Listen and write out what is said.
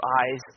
eyes